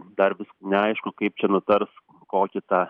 dar vis neaišku kaip čia nutars kokį tą